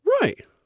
Right